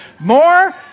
More